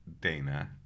Dana